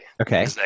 Okay